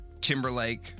Timberlake